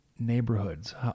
Neighborhoods